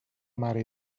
mare